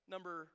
Number